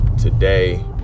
today